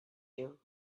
you